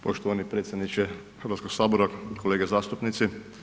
Poštovani predsjedniče Hrvatskog sabora, kolege zastupnici.